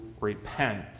repent